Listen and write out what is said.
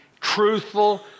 truthful